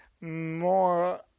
more